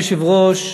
אדוני היושב-ראש,